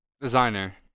Designer